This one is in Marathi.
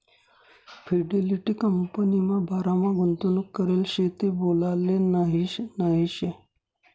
फिडेलिटी कंपनीमा बारामा गुंतवणूक करेल शे ते बोलाले नही नही शे